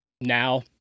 now